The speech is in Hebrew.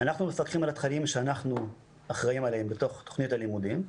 אנחנו מפקחים על התכנים שאנחנו אחראים עליהם בתוך תוכנית הלימודים.